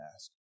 ask